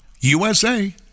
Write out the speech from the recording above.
usa